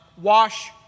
wash